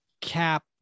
cap